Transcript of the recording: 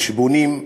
וכשבונים,